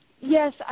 yes